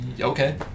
okay